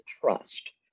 trust